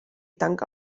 tanca